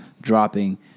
dropping